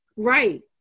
right